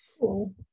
Cool